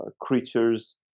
creatures